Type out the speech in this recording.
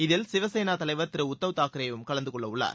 இதில் சிவசேனா தலைவர் திரு உத்தவ் தாக்ரேவும் கலந்து கொள்ளவுள்ளார்